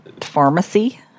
pharmacy